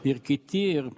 ir kiti ir